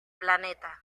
planeta